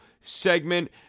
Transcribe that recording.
segment